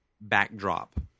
backdrop